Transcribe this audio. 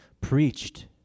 preached